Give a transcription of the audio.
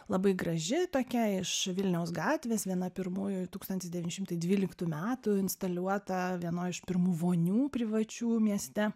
labai graži tokia iš vilniaus gatvės viena pirmųjų tūkstantis devyni šimtai dvyliktų metų instaliuota vienoj iš pirmų vonių privačių mieste